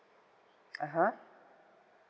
(uh huh)